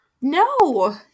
No